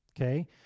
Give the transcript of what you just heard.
Okay